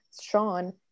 Sean